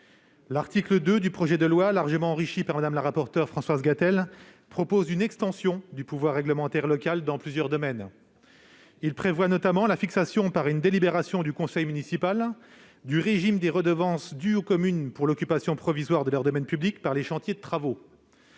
L'article 2 du projet de loi, largement enrichi par Mme la rapporteure Françoise Gatel, vise à une extension du pouvoir réglementaire locale dans plusieurs domaines. Il prévoit notamment la fixation par une délibération du conseil municipal du régime des redevances dues aux communes pour l'occupation provisoire de leur domaine public par les chantiers de travaux.